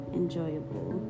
enjoyable